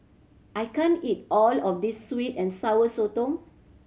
I can't eat all of this sweet and Sour Sotong